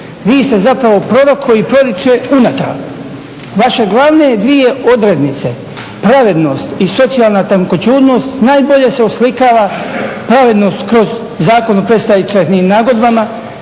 vi ste zapravo prorok koji proriče unatrag. Vaše glavne dvije odrednice pravednost i socijalna tankoćudnost najbolje se oslikava pravednost kroz Zakon o predstečajnim nagodbama